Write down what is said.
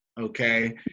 okay